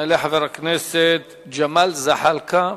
יעלה חבר הכנסת ג'מאל זחאלקה.